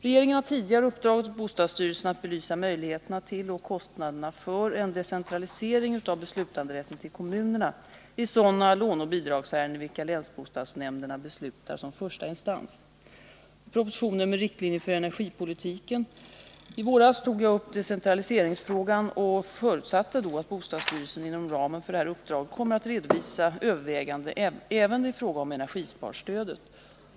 Regeringen har tidigare uppdragit åt bostadsstyrelsen att belysa möjligheterna till och kostnaderna för en decentralisering av beslutanderätten till kommunerna i sådana låneoch bidragsärenden i vilka länsbostadsnämnderna beslutar som första instans. I propositionen med riktlinjer för energipolitiken tog jag upp decentraliseringsfrågan och förutsatte då att bostadsstyrelsen inom ramen för detta uppdrag kommer att redovisa överväganden även i fråga om energisparstödet.